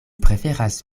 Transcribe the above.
preferas